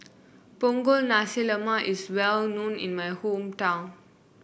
Punggol Nasi Lemak is well known in my hometown